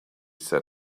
said